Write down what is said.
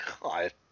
God